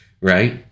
Right